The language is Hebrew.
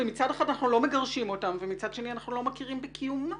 מצד אחד אנחנו לא מגרשים אותם ומצד שני אנחנו לא מכירים בקיומם.